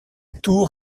tour